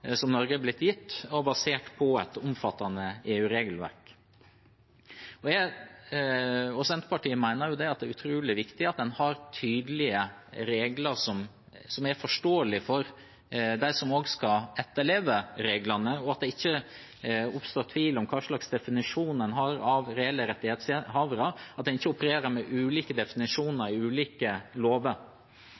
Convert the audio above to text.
som Norge er blitt gitt, og basert på et omfattende EU-regelverk. Senterpartiet mener at det er utrolig viktig at en har tydelige regler som er forståelige for dem som skal etterleve reglene, at det ikke oppstår tvil om hva slags definisjon en har av reelle rettighetshavere, og at en ikke opererer med ulike definisjoner i ulike lover.